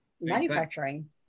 manufacturing